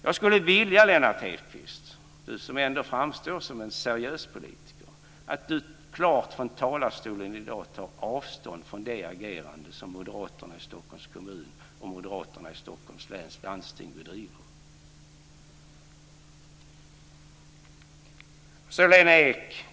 Jag skulle vilja att Lennart Hedquist, som ändå framstår som en seriös politiker, klart från talarstolen i dag tar avstånd från det agerande som moderaterna i Så till Lena Ek.